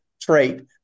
trait